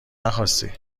نخواستی